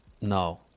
no